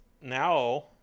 now